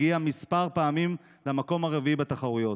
הגיע כמה פעמים למקום הרביעי בתחרויות,